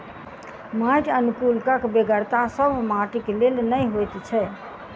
माटि अनुकुलकक बेगरता सभ माटिक लेल नै होइत छै